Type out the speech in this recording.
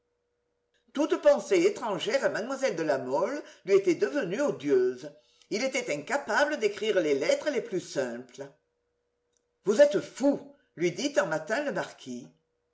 toute pensée étrangère à mlle de la mole lui était devenue odieuse il était incapable d'écrire les lettres les plus simples vous êtes fou lui dit un matin le marquis